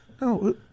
No